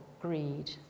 greed